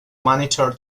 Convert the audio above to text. monitor